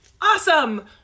Awesome